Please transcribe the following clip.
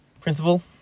Principal